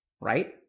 right